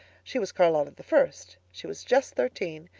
she was charlotta the first. she was just thirteen.